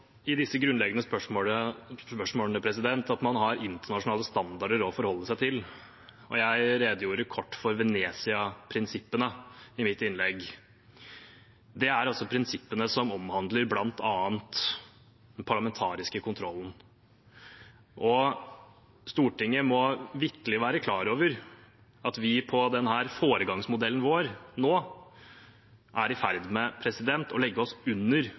i disse grunnleggende spørsmålene at man har internasjonale standarder å forholde seg til, og jeg redegjorde kort for Venezia-prinsippene i mitt innlegg. Det er prinsipper som omhandler bl.a. den parlamentariske kontrollen. Stortinget må vitterlig være klar over at vi med denne foregangsmodellen vår nå er i ferd med å legge oss under